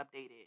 updated